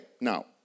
now